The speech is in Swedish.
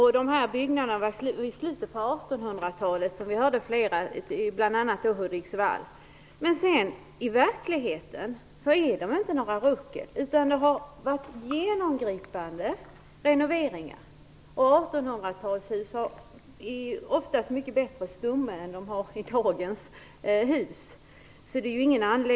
Vi fick höra att det var fråga om flera byggnader från 1800-talet, bl.a. i Hudiksvall. Men i verkligheten är de inte några ruckel, utan det har gjorts genomgripande renoveringar. 1800-talshus har ofta mycket bättre stomme än dagens hus.